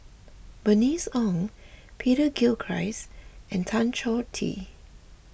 Bernice Ong Peter Gilchrist and Tan Choh Tee